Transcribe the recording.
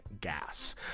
gas